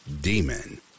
demon